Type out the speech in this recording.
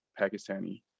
Pakistani